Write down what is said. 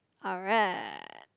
alright